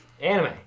anime